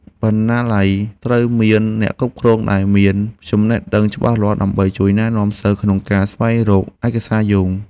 បណ្ណាល័យត្រូវមានអ្នកគ្រប់គ្រងដែលមានចំណេះដឹងច្បាស់លាស់ដើម្បីជួយណែនាំសិស្សក្នុងការស្វែងរកឯកសារយោង។